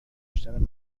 کشتن